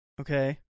Okay